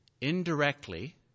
indirectly